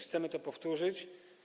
Chcemy to powtórzyć.